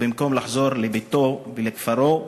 ובמקום לחזור לביתו ולכפרו שלם,